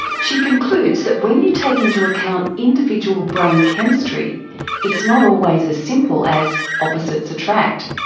she concludes that when you take into account individual brain chemistry it's not always as simple as opposites attract.